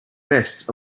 vests